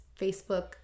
Facebook